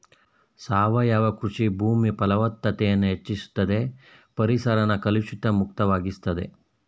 ಸಾವಯವ ಕೃಷಿ ಭೂಮಿ ಫಲವತ್ತತೆನ ಹೆಚ್ಚುಸ್ತದೆ ಪರಿಸರನ ಕಲುಷಿತ ಮುಕ್ತ ವಾಗಿಸ್ತದೆ